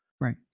Right